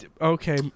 Okay